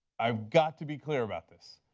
i've got to be clear about this.